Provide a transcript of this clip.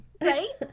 Right